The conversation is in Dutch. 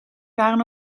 waren